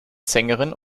sängerin